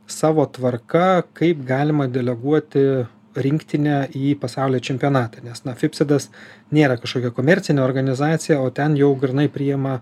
savo tvarka kaip galima deleguoti rinktinę į pasaulio čempionatą nes na fifsidas nėra kažkokia komercinė organizacija o ten jau grynai priima